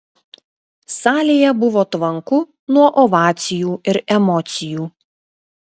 salėje buvo tvanku nuo ovacijų ir emocijų